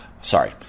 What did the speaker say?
Sorry